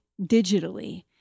digitally